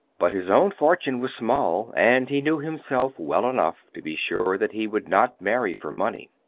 but his own fortune was small, and he knew himself well enough to be sure that he would not marry for money.